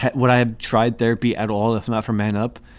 what? i have tried therapy at all, if not for man up.